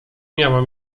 miała